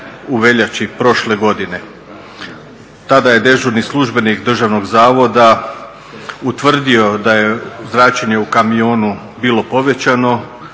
u veljači prošle godine. Tada je dežurni službenik državnog zavoda utvrdio da je zračenje u kamionu bilo povećano